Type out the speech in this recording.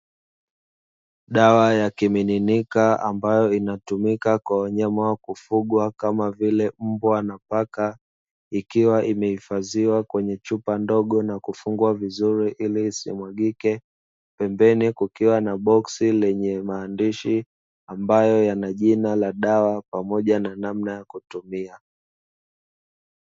Dawa ya kimiminika ambayo inayotumika kwa wanyama wanaofugwa kama vile mbwa na paka, ikiwa imehifadhiwa kwenye Chupa ndogo nakufungwa vizuri ili isimwagike pembeni kukiwa na boksi lenye maandishi ambayo yanajina la dawa pamoja na namna ya kutumia.